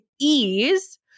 ease